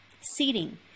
Seating